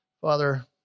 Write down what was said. Father